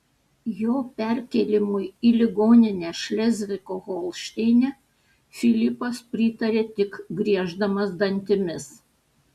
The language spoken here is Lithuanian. jo perkėlimui į ligoninę šlezvigo holšteine filipas pritarė tik grieždamas dantimis